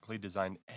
designed